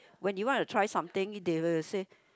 when you want to try something they will say